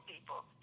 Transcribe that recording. people